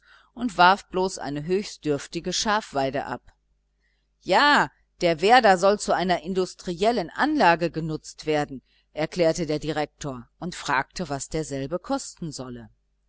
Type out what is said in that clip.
und warf bloß eine höchst dürftige schafweide ab ja der werder soll zu einer industriellen anlage benutzt werden erklärte der direktor und fragte was derselbe kosten solle